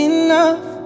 enough